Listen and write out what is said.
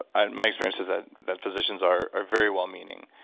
ah my experience is ah that physicians are are very well meaning.